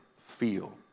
feel